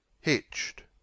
hitched